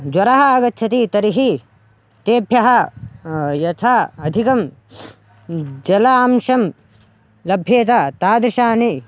ज्वरः आगच्छति तर्हि तेभ्यः यथा अधिकं जलांशं लभ्येत तादृशानि